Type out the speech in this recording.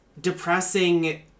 depressing